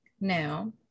now